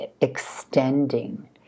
Extending